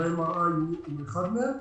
ו-MRI הוא אחד מהם.